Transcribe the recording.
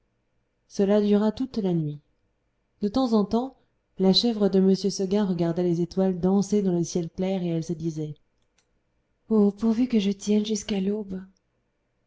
cela dura toute la nuit de temps en temps la chèvre de m seguin regardait les étoiles danser dans le ciel clair et elle se disait oh pourvu que je tienne jusqu'à l'aube